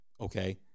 Okay